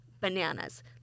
bananas